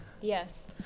Yes